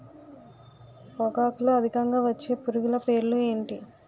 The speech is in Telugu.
పొగాకులో అధికంగా వచ్చే పురుగుల పేర్లు ఏంటి